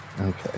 Okay